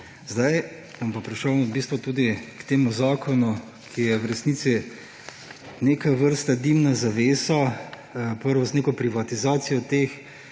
bom pa prišel v bistvu tudi k temu zakonu, ki je v resnici neke vrste dimna zavesa. Najprej z neko privatizacijo teh